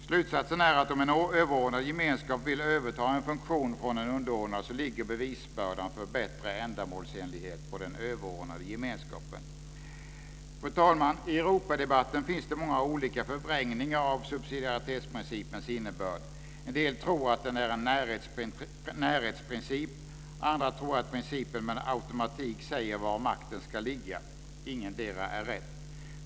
Slutsatsen är att om en överordnad gemenskap vill överta en funktion från en underordnad så ligger bevisbördan för bättre ändamålsenlighet på den överordnade gemenskapen. Fru talman! I Europadebatten finns det många olika förvrängningar av subsidiaritetsprincipens innebörd. En del tror att den är en närhetsprincip. Andra tror att principen med automatik säger var makten ska ligga. Ingendera är rätt.